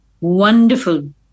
wonderful